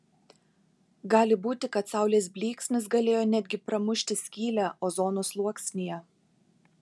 gali būti kad saulės blyksnis galėjo net gi pramušti skylę ozono sluoksnyje